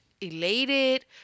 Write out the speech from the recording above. elated